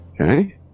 Okay